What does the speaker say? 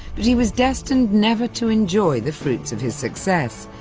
but he was destined never to enjoy the fruits of his success.